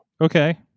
Okay